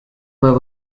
where